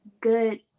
good